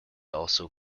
also